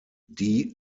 die